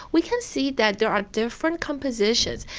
we can see that there are different compositions.